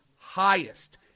highest